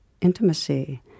intimacy